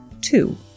two